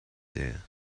there